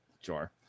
Sure